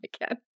again